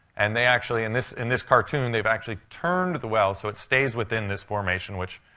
and they actually in this in this cartoon, they've actually turned the well so it stays within this formation, which